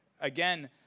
again